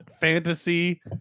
fantasy